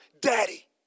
Daddy